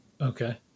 Okay